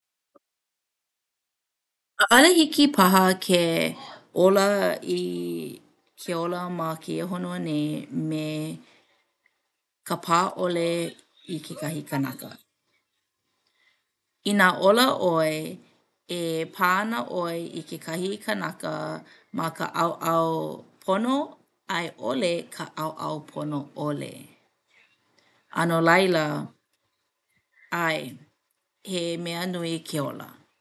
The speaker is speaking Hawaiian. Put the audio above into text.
ʻAʻale hiki paha ke ola i ke ola ma kēia honua nei me ka pā ʻole i kekahi kanaka. Inā ola ʻoe e pā ana ʻoe i kekahi kanaka ma ka ʻaoʻao pono a i ʻole ka ʻaoʻao pono ʻole. A no laila ʻae he mea nui ke ola.